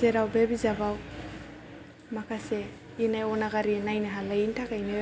जेराव बे बिजाबाव माखासे इनाय अनागारि नायनो हालायैनि थाखायनो